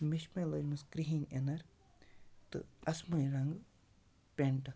مےٚ چھ مَے لٲجمٕژ کِرٛہِنۍ اِنَر تہٕ اَسمٲنۍ رنٛگہٕ پینٛٹ